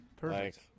Perfect